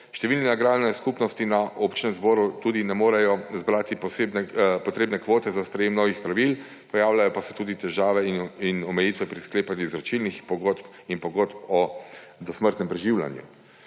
Številne agrarne skupnosti na občem zboru tudi ne morejo zbrati potrebne kvote za sprejetje novih pravil, pojavljajo pa se tudi težave in omejitve pri sklepanju izročilnih pogodb in pogodb o dosmrtnem preživljanju.